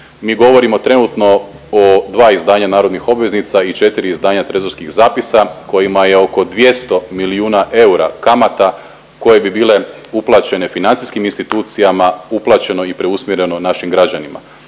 Mi govorimo trenutno o 2 izdanja narodnih obveznica i 4 izdanja trezorskih zapisa kojima je oko 200 milijuna eura kamata koje bi bile uplaćene financijskim institucijama, uplaćeno i preusmjereno našim građanima.